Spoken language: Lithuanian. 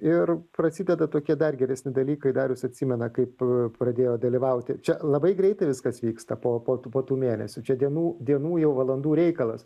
ir prasideda tokie dar geresni dalykai darius atsimena kaip pradėjo dalyvauti čia labai greitai viskas vyksta po po tų puotų mėnesių čia dienų dienų jau valandų reikalas